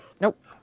Nope